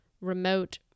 remote